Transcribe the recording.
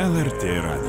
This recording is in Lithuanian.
lrt radijui